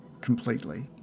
completely